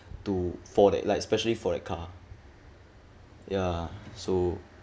to for that like especially for that car ya so